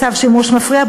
צו שימוש מפריע,